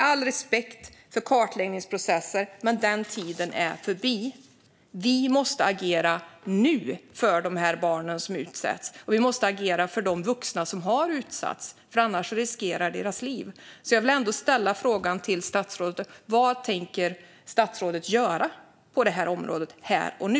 All respekt för kartläggningsprocesser, men den tiden är förbi. Vi måste agera nu för barnen som utsätts. Och vi måste agera för de vuxna som har utsatts, för annars riskeras deras liv. Jag vill ändå ställa frågan till statsrådet: Vad tänker statsrådet göra på det här området här och nu?